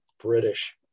British